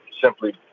simply